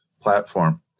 platform